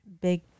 big